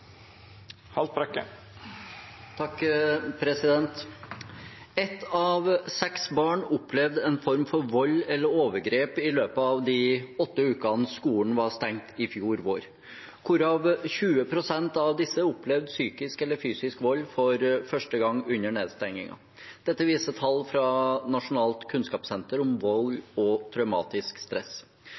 av seks barn opplevde en form for vold eller overgrep i løpet av de åtte ukene skolen var stengt i fjor vår, hvorav 20 pst. av disse opplevde psykisk eller fysisk vold for første gang under nedstengningen, viser tall fra Nasjonalt kunnskapssenter om vold og traumatisk stress.